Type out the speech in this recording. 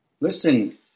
Listen